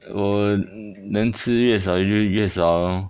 我能吃越少就越越少 lor